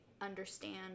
understand